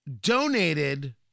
donated